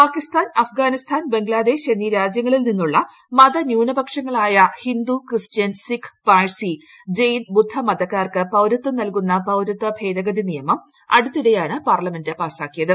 പാകിസ്ഥാൻ അഫ്ജാന്റിസ്ഥാൻ ബംഗ്ലാദേശ് എന്നീ രാജ്യങ്ങളിൽ നിന്നുള്ള മത ന്യൂക്പക്ഷങ്ങളായ ഹിന്ദു ക്രിസ്റ്റ്യൻ സിഖ് പാഴ്സി ജെയിൻ ബുദ്ധ മത്തിക്ക്ാർക്ക് പൌരത്വം നൽകുന്ന പൌരത്വ ഭേദഗതി നിയമം അടുത്തിടെയാണ് പാ്ർലമെന്റ് പാസ്സാക്കിയത്